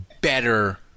better